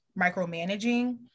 micromanaging